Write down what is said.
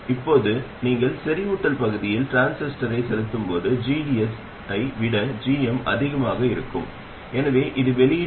இப்போது இந்த வழக்கின் முடிவை நாங்கள் அறிவோம் இதுவும் மின்னழுத்தம் கட்டுப்படுத்தப்பட்ட மின்னோட்ட மூலமாகும் இதை io என்று அழைக்கிறேன்